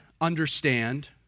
understand